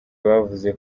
bavuze